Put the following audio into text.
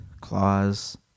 claws